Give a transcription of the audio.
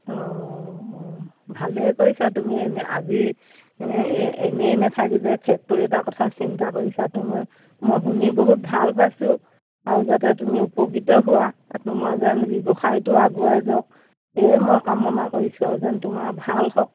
অঁ অঁ ভালেই কৰিছা তুমি এনেই আজি এনেই নেথাকি যে ফেক্টৰী এটাৰ কথা চিন্তা কৰিছা তুমি মই শুনি বহুত ভাল পাইছোঁ আৰু যাতে তুমি উপকৃত হোৱা আৰু তোমাৰ যেন ব্যৱসায়টো আগুৱাই যাওক এয়ে মই কামনা কৰিছোঁ আৰু যেন তোমাৰ ভাল হওক